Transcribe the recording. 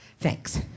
thanks